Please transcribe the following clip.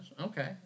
Okay